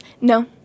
no